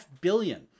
billion